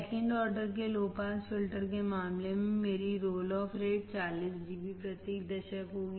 second order के low pass filter के मामले में मेरी रोल ऑफ रेट 40 dB प्रति दशक होगी